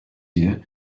year